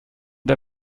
der